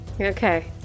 Okay